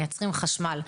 מייצרים חשמל.